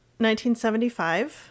1975